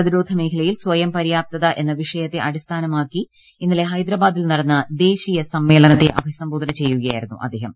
പ്രതിരോധ മേഖയിൽ സ്വയം പര്യാപ്തത എന്ന വിഷയത്തെ അടിസ്ഥാനമാക്കി ഇന്നലെ ഹൈദരാബാദിൽ നടന്ന ദേശീയ സമ്മേളനത്തെ അഭിസംബോധന ചെയ്യുകയായിരുന്നു അദ്ദേഹം